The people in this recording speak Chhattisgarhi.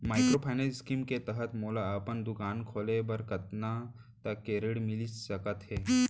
माइक्रोफाइनेंस स्कीम के तहत मोला अपन दुकान खोले बर कतना तक के ऋण मिलिस सकत हे?